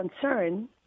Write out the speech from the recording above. concern